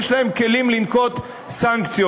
יש להם כלים לנקוט סנקציות.